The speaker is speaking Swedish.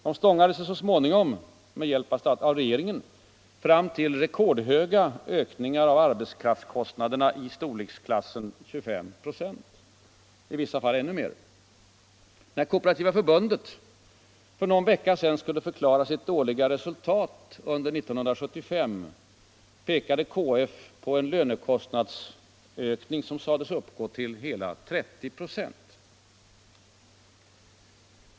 De stångade sig så småningom och med hjälp av regeringen fram till rekordhöga ökningar av arbetskraftskostnaderna i storleksklassen 25 96 — i vissa fall ännu mer. När Kooperativa förbundet för någon vecka sedan skulle förklara sitt dåliga resultat under 1975, pekade KF på en lönekostnadsökning som sades uppgå till hela 30 96.